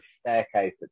staircase